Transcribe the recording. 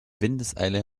windeseile